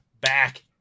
back